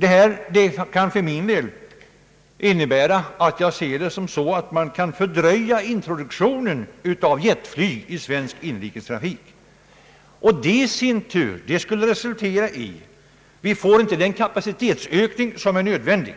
För min del ser jag det så att detta kan fördröja introduktionen av jetplan i svensk inrikestrafik. Det skulle i sin tur resultera i att vi inte får den kapacitetsökning som är nödvändig.